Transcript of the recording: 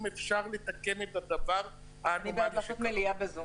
אם אפשר לתקן את הדבר האנומלי שקרה.